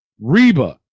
Reba